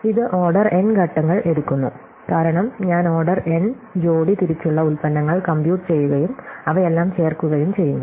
ഇത് order n ഘട്ടങ്ങൾ എടുക്കുന്നു കാരണം ഞാൻ ഓർഡർ n ജോഡി തിരിച്ചുള്ള ഉൽപ്പന്നങ്ങൾ കമ്പ്യൂട്ട് ചെയ്യുകയും അവയെല്ലാം ചേർക്കുകയും ചെയ്യുന്നു